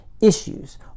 issues